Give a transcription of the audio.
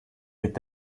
mit